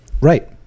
Right